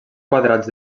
quadrats